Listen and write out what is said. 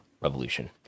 revolution